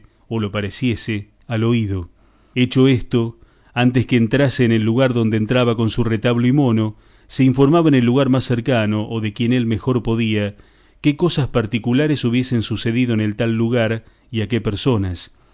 o lo pareciese al oído hecho esto antes que entrase en el lugar donde entraba con su retablo y mono se informaba en el lugar más cercano o de quien él mejor podía qué cosas particulares hubiesen sucedido en el tal lugar y a qué personas